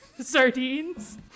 sardines